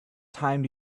time